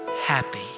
happy